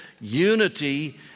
unity